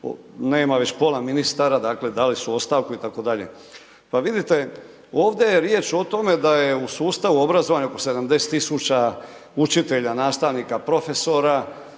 nema već pola ministara, dakle dali su ostavku itd., pa vidite, ovdje je riječ o tome da je u sustavu obrazovanja oko 70 000 učitelja, nastavnika, profesora,